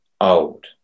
old